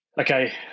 okay